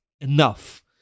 enough